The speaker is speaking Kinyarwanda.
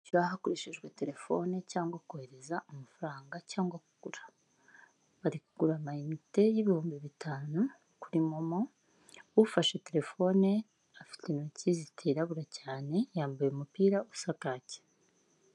Kwishyura hakoreshejwe telefone cyangwa kohereza amafaranga cyangwa kugura, bari kugura amayinte y'ibihumbi bitanu kuri momo ufashe telefone afite intoki zitirabura cyane yambaye umupira usaka cyane.